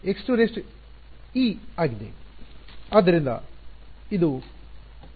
ಆದ್ದರಿಂದ ಇದು x1e x2e ಆಗಿದೆ